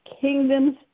kingdom's